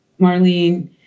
Marlene